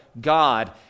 God